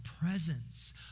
presence